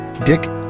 Dick